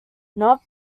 not